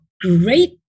great